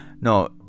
No